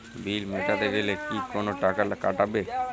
বিল মেটাতে গেলে কি কোনো টাকা কাটাবে?